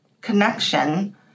connection